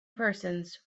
persons